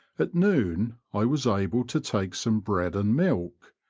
at noon i was able to take some bread and milk,